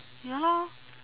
ya lor